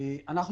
מחיר.